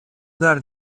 удар